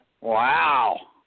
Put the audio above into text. Wow